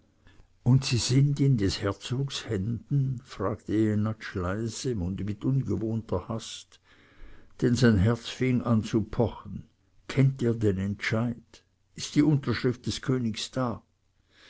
und sie sind in des herzogs händen fragte jenatsch leise und mit ungewohnter hast denn sein herz fing an zu pochen kennt ihr den entscheid ist die unterschrift des königs da